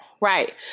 right